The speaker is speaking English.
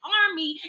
army